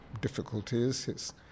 difficulties